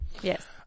Yes